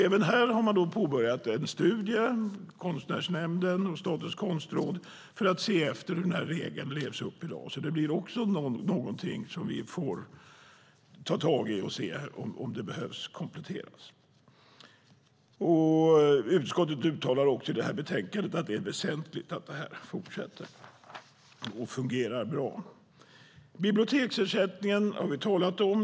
Även här har Konstnärsnämnden och Statens Konstråd påbörjat en studie för att se efter hur man lever upp till den här regeln i dag. Det blir också någonting som vi får ta tag i och se om det behöver kompletteras. Utskottet uttalar också i betänkandet att det är väsentligt att det här fortsätter och fungerar bra. Biblioteksersättningen har vi talat om.